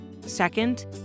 Second